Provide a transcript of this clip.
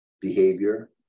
behavior